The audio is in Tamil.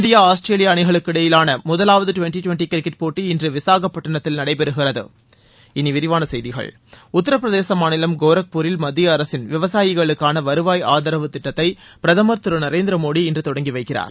இந்தியா ஆஸ்திரேலியா அணிகளுக்கு இடையேயான முதலாவது டுவெண்டி டுவெண்டி கிரிக்கெட் போட்டி இன்று விசாகப்பட்டினத்தில் நடைபெறுகிறது இனிவிரிவான செய்திகள் உத்தரப்பிரதேச மாநிலம் கோரக்பூரில் மத்திய அரசின் விவசாயிகளுக்கான வருவாய் ஆதரவு திட்டத்தை பிரதமர் திரு நரேந்திர மோடி இன்று தொடங்கி வைக்கிறார்